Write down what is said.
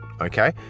okay